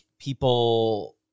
people